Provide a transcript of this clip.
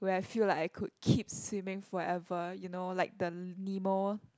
where I feel like I could keep swimming forever you know like the Nemo